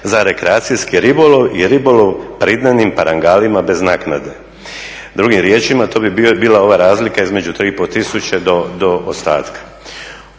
za rekreacijski ribolov i ribolov …/Govornik se ne razumije./… parangalima bez naknade. Drugim riječima, to bi bila ova razlika između tri i pol tisuće do ostatka.